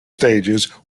stages